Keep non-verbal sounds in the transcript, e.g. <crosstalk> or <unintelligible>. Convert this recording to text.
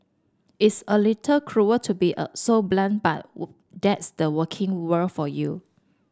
it's a little cruel to be a so blunt but <unintelligible> that's the working world for you